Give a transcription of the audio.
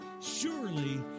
surely